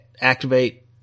activate